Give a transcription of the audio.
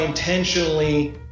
Intentionally